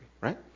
right